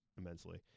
immensely